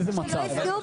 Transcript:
איזה מצב?